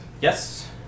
Yes